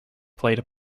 played